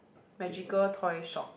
magical toy shop